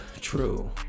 True